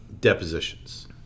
depositions